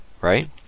right